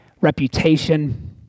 reputation